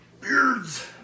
Beards